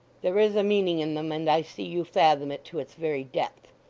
there is a meaning in them, and i see you fathom it to its very depth.